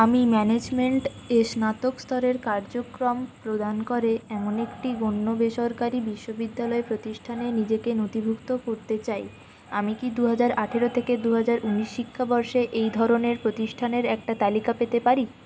আমি ম্যানেজমেন্ট এ স্নাতক স্তরের কার্যক্রম প্রদান করে এমন একটি গণ্য বেসরকারি বিশ্ববিদ্যালয় প্রতিষ্ঠানে নিজেকে নথিভুক্ত করতে চাই আমি কি দু হাজার আঠারো থেকে দু হাজার ঊনিশ শিক্ষাবর্ষে এই ধরনের প্রতিষ্ঠানের একটা তালিকা পেতে পারি